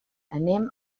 anem